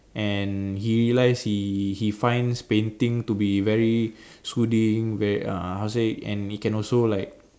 and he realised he he finds painting to be very soothing very uh how say and he also can like